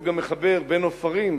הוא גם מחבר בין עופרים,